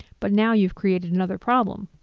but now you've created another problem.